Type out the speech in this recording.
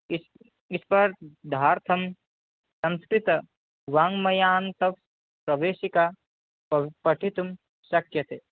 is स्पर्धार्थं संस्कृतवाङ्मयान्तःप्रवेशिका पव् पठितुं शक्यते